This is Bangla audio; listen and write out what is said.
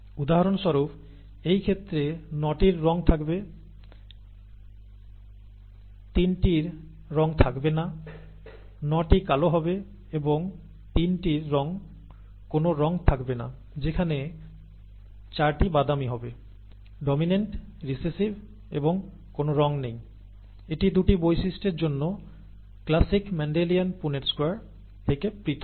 উদাহরণস্বরূপ এই ক্ষেত্রে 9 টির রঙ থাকবে 3 টির রঙ থাকবে না 9 টি কালো হবে এবং 3 টির কোন রং থাকবে না যেখানে 4 টি বাদামি হবে ডমিন্যান্ট রিসেসিভ এবং কোন রঙ নেই এটি 2 টি বৈশিষ্ট্যের জন্য ক্লাসিক মেন্ডেলিয়ান পুনেট স্কয়ার থেকে পৃথক